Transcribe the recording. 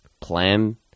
plan